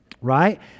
right